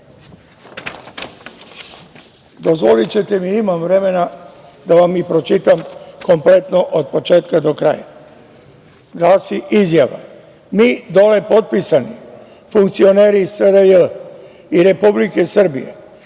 sobom. Dozvolićete mi, imam vremena da vam pročitam kompletno od početka do kraja. Izjava glasi - Mi dole potpisani, funkcioneri SRJ i Republike Srbije,